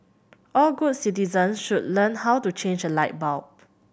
all good citizens should learn how to change a light bulb